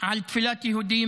על תפילת יהודים